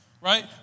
right